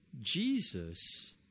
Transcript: Jesus